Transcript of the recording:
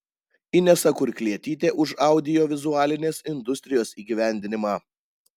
inesa kurklietytė už audiovizualinės industrijos įgyvendinimą